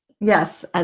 Yes